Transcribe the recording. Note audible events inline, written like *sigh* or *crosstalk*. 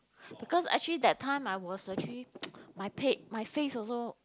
because actually that time I was actually *noise* my pay my face also